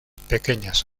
pequeñas